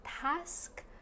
task